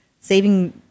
saving